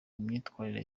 imyitwarire